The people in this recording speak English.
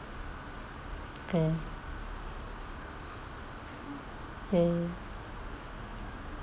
okay okay